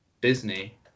Disney